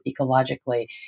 ecologically